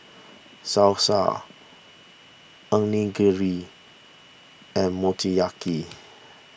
Salsa Onigiri and Motoyaki